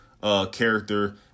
character